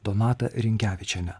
donata rinkevičiene